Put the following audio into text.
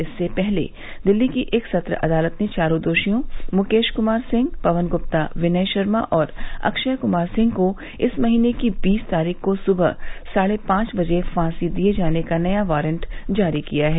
इससे पहले दिल्ली की एक सत्र अदालत ने चारों दोषियों मुकेश कुमार सिंह पवन गुप्ता विनय शर्मा और अक्षय कुमार सिंह को इस महीने की बीस तारीख को सुबह साढ़े पांच बजे फांसी दिये जाने का नया वारंट जारी किया है